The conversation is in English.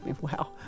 Wow